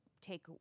take